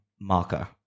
Marker